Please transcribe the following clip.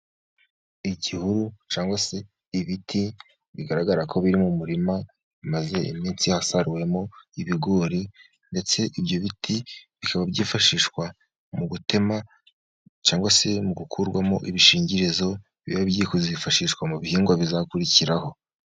Igihuru cyangwa se ibiti bigaragara ko biri mu murima bimaze iminsi hasaruwemo ibigori, ndetse ibyo biti bikaba byifashishwa mu gutema cyangwa se mu gukurwamo ibishingirizo biba bigiye kuzifashishwa mu bihingwa bizakurikiraho.